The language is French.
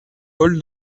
paul